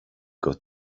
got